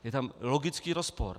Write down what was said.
Je tam logický rozpor.